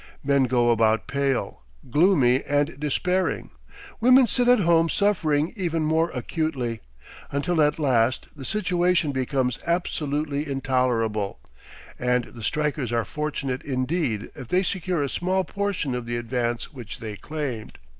men go about pale, gloomy, and despairing women sit at home suffering even more acutely until at last the situation becomes absolutely intolerable and the strikers are fortunate indeed if they secure a small portion of the advance which they claimed.